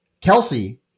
Kelsey